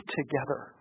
together